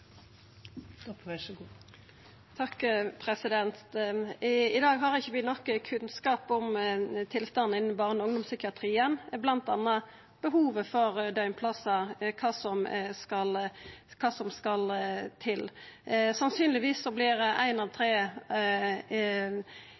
I dag har vi ikkje nok kunnskap om tilstanden innan barne- og ungdomspsykiatrien, bl.a. om behovet for døgnplassar, kva som skal til. Sannsynlegvis vert ei av tre tilvisingar avvist, og vi veit ikkje nok om kva som